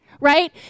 right